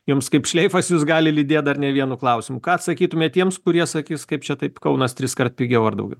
jums kaip šleifas jus gali lydi dar ne vienu klausimu ką atsakytumėt tiems kurie sakys kaip čia taip kaunas triskart pigiau ar daugiau